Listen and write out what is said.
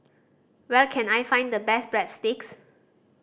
where can I find the best Breadsticks